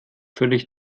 völlig